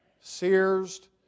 Sears